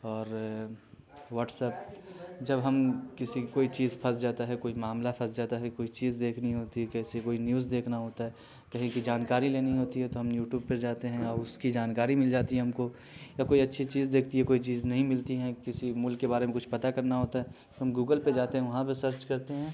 اور واٹسپ جب ہم کسی کی کوئی چیز پھس جاتا ہے کوئی معاملہ پھس جاتا ہے کوئی چیز دیکھنی ہوتی ہے کیسی کوئی نیوز دیکھنا ہوتا ہے کہیں کی جانکاری لینی ہوتی ہے تو ہم یوٹوب پر جاتے ہیں اور اس کی جانکاری مل جاتی ہے ہم کو یا کوئی اچھی چیز دیکھتی ہے کوئی چیز نہیں ملتی ہیں کسی ملک کے بارے میں کچھ پتہ کرنا ہوتا ہے تو ہم گوگل پہ جاتے ہیں وہاں پہ سرچ کرتے ہیں